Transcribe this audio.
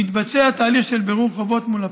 מתבצע תהליך של בירור חובות מול הפרט.